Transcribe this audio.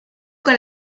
con